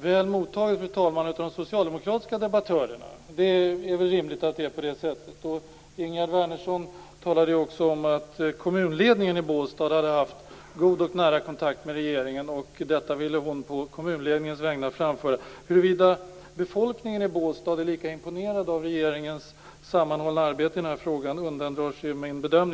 väl mottaget av de socialdemokratiska debattörerna, och det är ju inte förvånande. Det är väl rimligt att det är på det sättet. Ingegerd Wärnersson talade ju också om att kommunledningen i Båstad hade haft god och nära kontakt med regeringen, och detta ville hon på kommunledningens vägnar framföra. Huruvida befolkningen i Båstad är lika imponerad av regeringens sammanhållna arbete i den här frågan undandrar sig min bedömning.